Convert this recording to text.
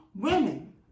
women